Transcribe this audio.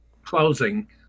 closing